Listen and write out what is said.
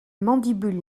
mandibule